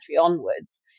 onwards